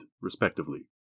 respectively